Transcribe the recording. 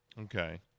Okay